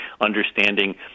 understanding